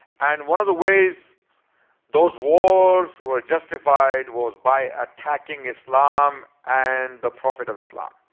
and one of the ways those wars were justified was by attacking islam and the prophet of islam.